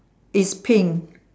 it's pink